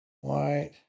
White